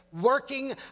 working